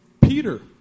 Peter